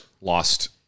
lost